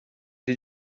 did